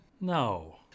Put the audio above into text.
No